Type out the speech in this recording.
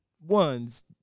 ones